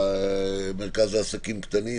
של המרכז לעסקים קטנים,